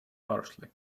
harshly